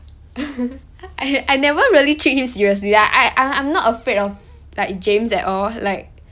I I never really treat him seriously like I I'm not afraid of like james at all like